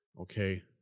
okay